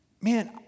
Man